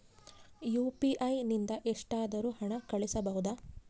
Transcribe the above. UPI ನಿಂದ ಎಷ್ಟಾದರೂ ಹಣ ಕಳಿಸಬಹುದಾ?